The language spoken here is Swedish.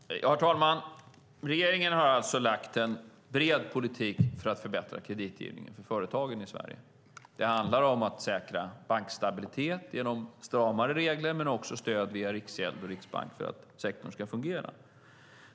Herr talman! Regeringen har lagt en bred politik för att förbättra kreditgivningen till företagen i Sverige. Det handlar om att säkra bankstabilitet genom stramare regler men också genom stöd via Riksgälden och Riksbanken för att sektorn ska fungera.